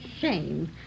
shame